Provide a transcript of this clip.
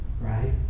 right